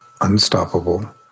unstoppable